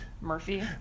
Murphy